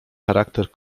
charakter